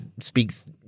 speaks